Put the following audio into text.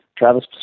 Travis